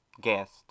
guest